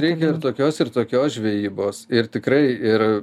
reikia ir tokios ir tokios žvejybos ir tikrai ir